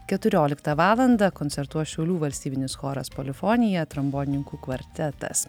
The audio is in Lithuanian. keturioliktą valandą koncertuos šiaulių valstybinis choras polifonija trombonininkų kvartetas